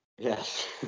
Yes